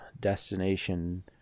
destination